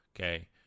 Okay